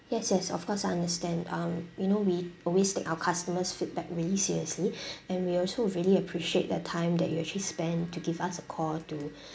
yes yes of course I understand um you know we always take our customers' feedback really seriously and we also really appreciate the time that you actually spend to give us a call to